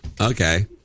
Okay